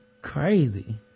Crazy